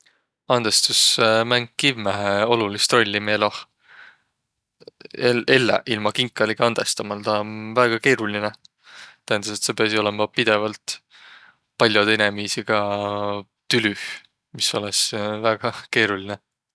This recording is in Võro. Andestus mäng kimmähe olulist rolli miq eloh. El- elläq ilma kinkalegi andestamaldaq om väega keerolinõ. Tähendas, et saq piäsiq olõma pidevalt pall'ode inemiisiga tülüh, mis olõsiq väega keerolinõ.